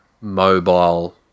mobile